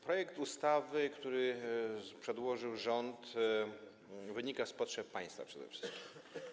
Projekt ustawy, który przedłożył rząd, wynika z potrzeb państwa przede wszystkim.